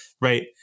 Right